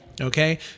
Okay